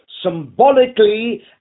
symbolically